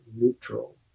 neutral